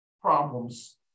problems